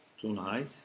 tonight